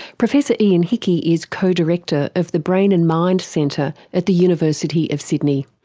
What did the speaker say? professor ian hickie is co-director of the brain and mind centre at the university of sydney.